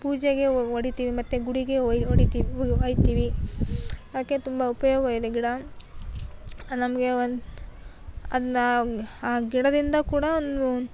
ಪೂಜೆಗೆ ಹೊಡಿತೀವಿ ಮತ್ತು ಗುಡಿಗೆ ಒಯ್ ಹೊಡಿತೀವಿ ಒಯ್ತೀವಿ ಅದಕ್ಕೆ ತುಂಬ ಉಪಯೋಗವಿದೆ ಗಿಡ ನಮಗೆ ಒಂದು ಅದನ್ನ ಆ ಆ ಗಿಡದಿಂದ ಕೂಡ ಒಂದು